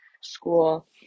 school